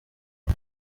aho